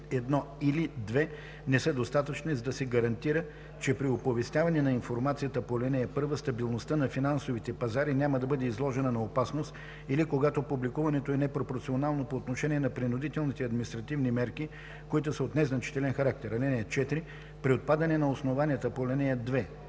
т. 1 или 2 не са достатъчни, за да се гарантира, че при оповестяване на информацията по ал. 1 стабилността на финансовите пазари няма да бъде изложена на опасност, или когато публикуването е непропорционално по отношение на принудителните административни мерки, които са от незначителен характер. (4) При отпадане на основанията по ал. 2,